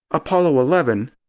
apollo eleven,